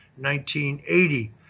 1980